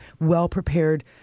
well-prepared